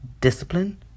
discipline